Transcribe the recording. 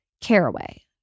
Caraway